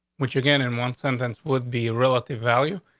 which again in one sentence would be relative value.